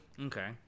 Okay